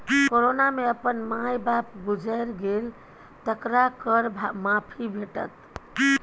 corona मे अपन माय बाप गुजैर गेल तकरा कर माफी भेटत